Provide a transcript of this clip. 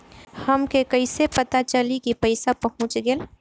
हमके कईसे पता चली कि पैसा पहुच गेल?